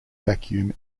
vacuum